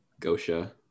Gosha